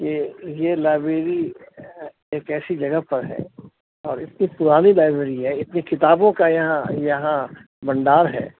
یہ یہ لائبریری ایک ایسی جگہ پر ہے اور اتنی پرانی لائبریری ہے اتنی کتابوں کا یہاں یہاں بھنڈار ہے